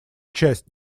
часть